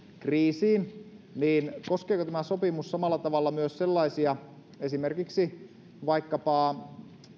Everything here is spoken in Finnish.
kriisiin niin koskeeko tämä sopimus samalla tavalla myös sellaisia esimerkiksi vaikkapa